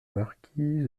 marquise